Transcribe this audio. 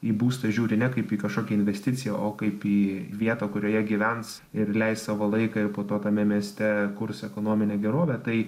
į būstą žiūri ne kaip į kažkoią investiciją o kaip į vietą kurioje gyvens ir leis savo laiką ir po to tame mieste kurs ekonominę gerovę tai